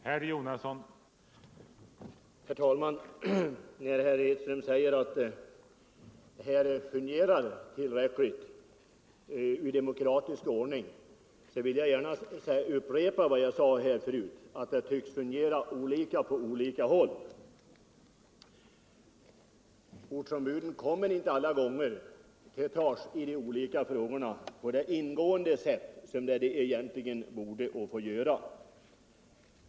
Herr talman! När herr Hedström talar om att den demokratiska ordningen fungerar tillräckligt väl vill jag gärna upprepa vad jag sade förut, att den tycks fungera olika på olika håll. Ortsombuden kommer inte alla gånger till tals i de olika frågorna på det ingående sätt som de borde få göra.